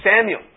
Samuel